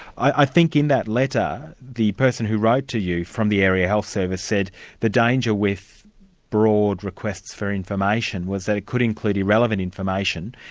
i think in that letter, the person who wrote to you from the area health service said the danger with broad requests for information was that it could include irrelevant information,